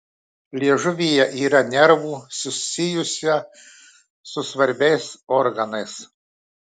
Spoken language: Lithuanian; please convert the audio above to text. liežuvyje yra nervų susijusią su svarbiais organais